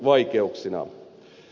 vaikeuksina